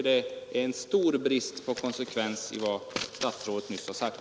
Det är en generande brist på konsekvens i vad statsrådet nyss har sagt.